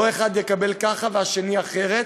לא אחד יקבל ככה והשני אחרת,